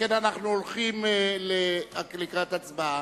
שכן אנחנו הולכים לקראת הצבעה,